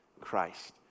Christ